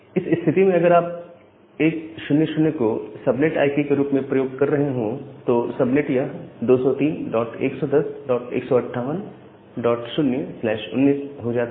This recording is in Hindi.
इस स्थिति में अगर आप 100 को सबनेट आई पी के रूप में प्रयोग कर रहे हो तो सबनेट यह 203110158019 हो जाता है